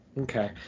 Okay